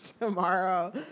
tomorrow